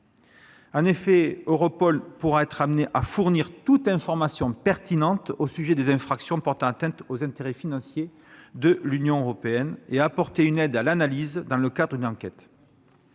En effet, Europol pourra être amené à fournir toute information pertinente au sujet des infractions portant atteinte aux intérêts financiers de l'Union européenne, et à apporter une aide à l'analyse dans le cadre d'une enquête.